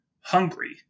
hungry